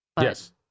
Yes